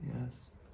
Yes